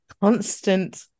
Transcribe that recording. Constant